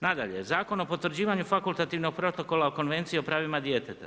Nadalje, Zakon o potvrđivanju fakultativnom protokola o konvenciji o pravima djeteta.